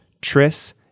Tris